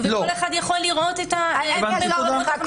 וכל אחד יכול לראות את --- אני אעזור לך,